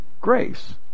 grace